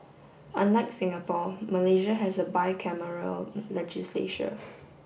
unlike Singapore Malaysia has a bicameral legislature